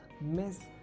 miss